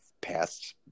past